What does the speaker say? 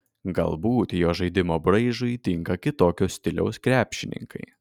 galbūt jo žaidimo braižui tinka kitokio stiliaus krepšininkai